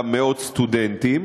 גם מאות סטודנטים,